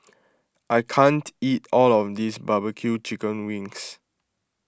I can't eat all of this Barbecue Chicken Wings